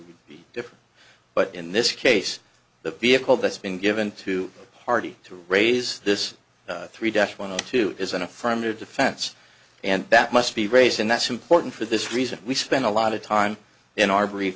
would be different but in this case the vehicle that's been given to party to raise this three death one too is an affirmative defense and that must be race and that's important for this reason we spent a lot of time in our brief